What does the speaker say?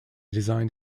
designed